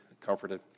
comforted